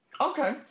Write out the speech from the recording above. Okay